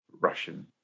Russian